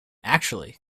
actually